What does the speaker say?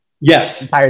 yes